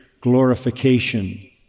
glorification